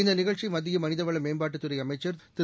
இந்த நிகழ்ச்சி மத்திய மனித வள மேம்பாட்டுத் துறை அமைச்சர் திரு